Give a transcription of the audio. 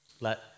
Let